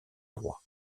droit